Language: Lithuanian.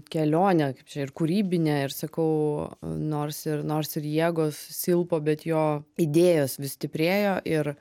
kelionė kaip čia ir kūrybinė ir sakau nors ir nors ir jėgos silpo bet jo idėjos vis stiprėjo ir